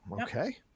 Okay